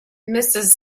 mrs